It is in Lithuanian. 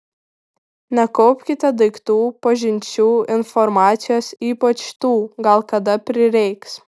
nekaupkite daiktų pažinčių informacijos ypač tų gal kada prireiks